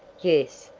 yes,